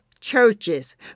churches